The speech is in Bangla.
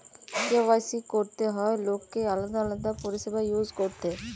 কে.ওয়াই.সি করতে হয় লোককে আলাদা আলাদা পরিষেবা ইউজ করতে